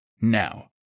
Now